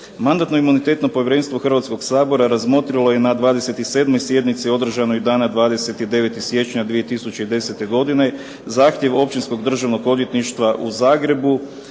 Mandatno-imunitetno povjerenstvo Hrvatskoga sabora razmotrilo je na 27. sjednici održanoj dana 29. siječnja 2010. godine zahtjev Općinskog državnog odvjetništva u Zagrebu